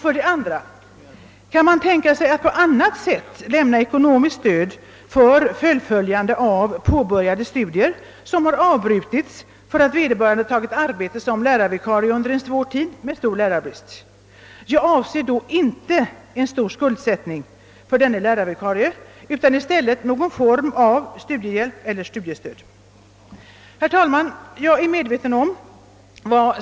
För det andra: Kan man tänka sig att på annat sätt lämna ekonomiskt stöd för fullföljandet av påbörjade studier som avbrutits för att vederbörande tagit arbete som lärarvikarie under en svår tid med stor lärarbrist? Jag avser då inte en stor skuldsättning för denne lärarvikarie utan i stället någon form av studiehjälp eller studiestöd. Herr talman!